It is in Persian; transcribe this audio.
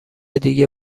دیگه